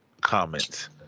comments